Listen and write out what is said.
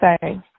say